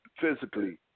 physically